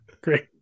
great